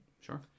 Sure